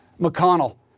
McConnell